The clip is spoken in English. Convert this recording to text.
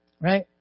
right